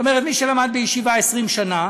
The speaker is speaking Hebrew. זאת אומרת, מי שלמד בישיבה 20 שנה,